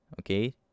okay